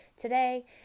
Today